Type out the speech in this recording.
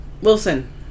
Wilson